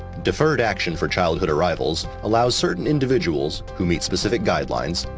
deferred action for childhood arrivals allows certain individuals, who meet specific guidelines,